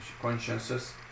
consciences